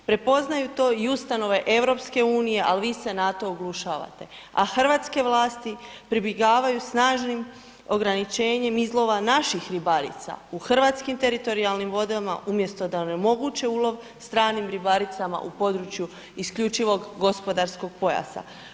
Prepoznaju to i ustanove EU, al vi se na to oglušavate, a hrvatske vlasti pribjegavaju snažnim ograničenjem izlova naših ribarica u hrvatskim teritorijalnim vodama, umjesto da onemoguće ulov stranim ribaricama u području isključivog gospodarskog pojasa.